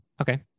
Okay